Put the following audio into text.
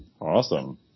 Awesome